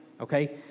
Okay